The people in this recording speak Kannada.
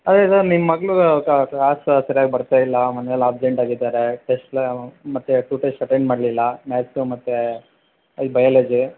ಅದೆ ಸರ್ ನಿಮ್ಮ ಮಗಳು ಕ್ಲಾಸ್ ಸರಿಯಾಗಿ ಬರ್ತಾ ಇಲ್ಲ ಮೊನ್ನೆಯೆಲ್ಲ ಆಬ್ಸೆಂಟ್ ಆಗಿದ್ದಾರೆ ಟೆಸ್ಟ್ ಮತ್ತು ಟು ಟೆಸ್ಟ್ ಅಟೆಂಡ್ ಮಾಡಲಿಲ್ಲ ಮ್ಯಾತ್ಸು ಮತ್ತು ಈ ಬಯಾಲಜಿ